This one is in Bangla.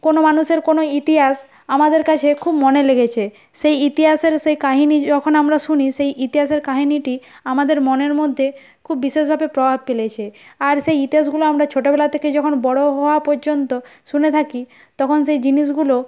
কোনও মানুষের কোনও ইতিহাস আমাদের কাছে খুব মনে লেগেছে সেই ইতিহাসের সেই কাহিনী যখন আমরা শুনি সেই ইতিহাসের কাহিনীটি আমাদের মনের মধ্যে খুব বিশেষভাবে প্রভাব ফেলেছে আর সেই ইতিহাসগুলো আমরা ছোটবেলা থেকেই যখন বড় হওয়া পর্যন্ত শুনে থাকি তখন সেই জিনিসগুলো